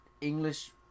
English